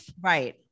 right